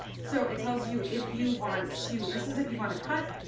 so it tells you if you want to, this is if you want to cut,